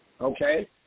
Okay